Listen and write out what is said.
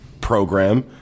program